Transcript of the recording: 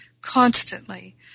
constantly